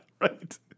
right